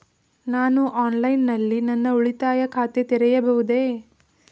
ನಾನು ಆನ್ಲೈನ್ ನಲ್ಲಿ ನನ್ನ ಉಳಿತಾಯ ಖಾತೆ ತೆರೆಯಬಹುದೇ?